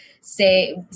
say